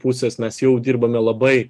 pusės mes jau dirbame labai